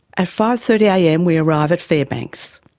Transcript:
at five. thirty am, we arrive at fairbanks.